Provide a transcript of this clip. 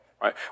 Right